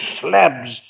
slabs